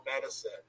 medicine